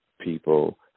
people